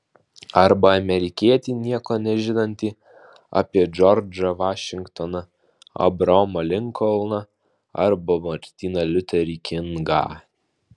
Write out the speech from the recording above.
arba amerikietį nieko nežinantį apie džordžą vašingtoną abraomą linkolną ar martyną liuterį kingą